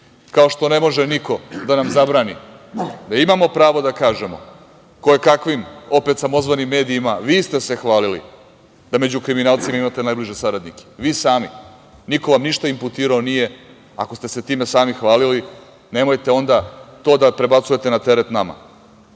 Kao što ne može niko da nam zabrani da imamo pravo da kažemo ko je kakvim opet, samozvanim medijima, vi ste se hvalili da među kriminalcima imate najbolje saradnike. Vi sami, niko vam ništa imputirao nije, ako ste se time sami hvalili, nemojte onda to da prebacujete na teret nama.